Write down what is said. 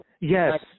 Yes